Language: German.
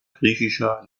griechischer